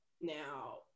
Now